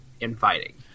inviting